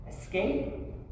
escape